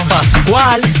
Pascual